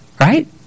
Right